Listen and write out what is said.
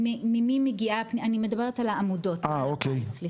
אני מדברת על העמודות,